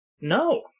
no